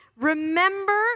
Remember